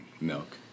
milk